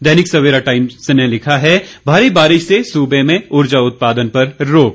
दैनिक Savera Times ने लिखा है भारी बारिश से सूबे में ऊर्जा उत्पादन पर रोक